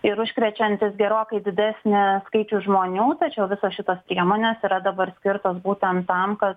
ir užkrečiantis gerokai didesnį skaičių žmonių tačiau visos šitos priemonės yra dabar skirtos būtent tam kad